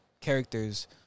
characters